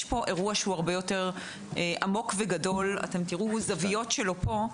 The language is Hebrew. יש פה אירוע עמוק וגדול, אתם תראו זוויות שלו פה.